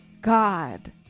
God